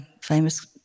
famous